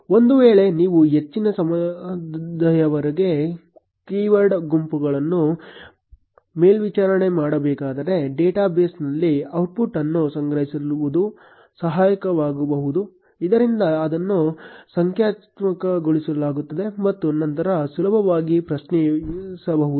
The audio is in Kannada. ಒಂದು ವೇಳೆ ನೀವು ಹೆಚ್ಚಿನ ಸಮಯದವರೆಗೆ ಕೀವರ್ಡ್ಗಳ ಗುಂಪನ್ನು ಮೇಲ್ವಿಚಾರಣೆ ಮಾಡಬೇಕಾದರೆ ಡೇಟಾಬೇಸ್ನಲ್ಲಿ ಔಟ್ಪುಟ್ ಅನ್ನು ಸಂಗ್ರಹಿಸುವುದು ಸಹಾಯಕವಾಗಬಹುದು ಇದರಿಂದ ಅದನ್ನು ಸೂಚ್ಯಂಕಗೊಳಿಸಲಾಗುತ್ತದೆ ಮತ್ತು ನಂತರ ಸುಲಭವಾಗಿ ಪ್ರಶ್ನಿಸಬಹುದು